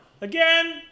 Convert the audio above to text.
again